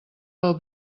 del